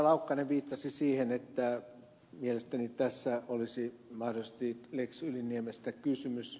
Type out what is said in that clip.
laukkanen viittasi siihen että mielestäni tässä olisi mahdollisesti lex yliniemestä kysymys